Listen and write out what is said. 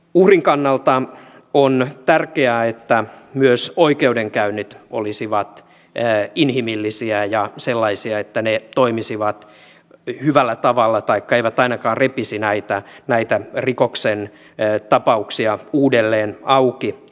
uhrin kannalta on tärkeää että myös oikeudenkäynnit olisivat inhimillisiä ja sellaisia että ne toimisivat hyvällä tavalla taikka eivät ainakaan repisi näitä rikostapauksia uudelleen auki